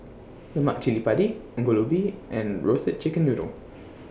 Lemak Cili Padi Ongol Ubi and Roasted Chicken Noodle